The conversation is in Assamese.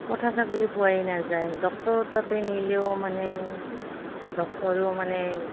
পঠা ছাগলী পোৱাই নাযায় ডক্টৰৰ তাতে নিলেও মানে ডক্টৰেও মানে